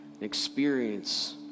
experience